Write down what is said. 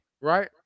right